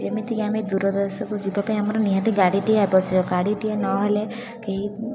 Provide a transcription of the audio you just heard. ଯେମିତି କି ଅମେ ଦୂର ଦେଶକୁ ଯିବା ପାଇଁ ଆମର ନିହାତି ଗାଡ଼ି ଟିଏ ଆବଶ୍ୟକ ଗାଡ଼ି ଟିଏ ନହେଲେ କେହି